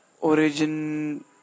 origin